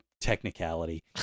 technicality